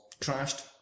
crashed